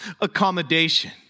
accommodation